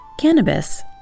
cannabis